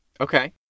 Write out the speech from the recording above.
Okay